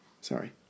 Sorry